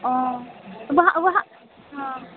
ओ तऽ वहाँ वहाँ हँ